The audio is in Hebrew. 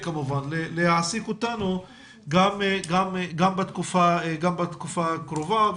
כמובן להעסיק אותנו גם בתקופה הקרובה.